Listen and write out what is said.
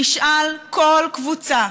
נשאל כל קבוצה,